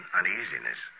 uneasiness